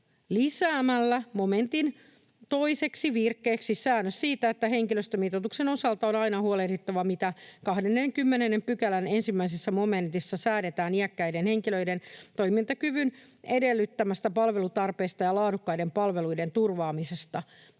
lisäämällä momentin toiseksi virkkeeksi säännös siitä, että henkilöstömitoituksen osalta on aina huolehdittava, mitä 20 §:n 1 momentissa säädetään iäkkäiden henkilöiden toimintakyvyn edellyttämästä palvelutarpeesta ja laadukkaiden palveluiden turvaamisesta